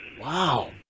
Wow